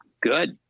Good